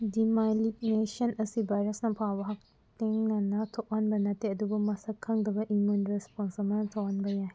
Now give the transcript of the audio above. demyelination ꯑꯁꯤ ꯚꯥꯏꯔꯁꯅ ꯐꯥꯎꯕ ꯍꯛꯊꯦꯡꯅꯅ ꯊꯣꯛꯍꯟꯕ ꯅꯠꯇꯦ ꯑꯗꯨꯕꯨ ꯃꯁꯛ ꯈꯪꯗꯕ ꯏꯃ꯭ꯌꯨꯟ ꯔꯦꯁꯄꯣꯟꯁ ꯑꯃꯅ ꯇꯧꯍꯟꯕ ꯌꯥꯏ